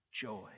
joy